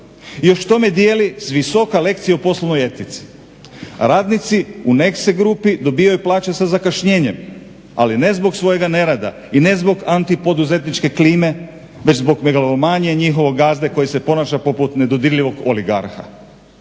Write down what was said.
još k tome dijeli s visoka lekciju o poslu i etici. Radnici u Nexe Grupi dobijaju plaće sa zakašnjenjem ali ne zbog svog nerada i ne zbog anatipoduzetničke klime već zbog megalomanije i njihovog gazde koji se ponaša poput nedodirljivog oligarha.